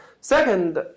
Second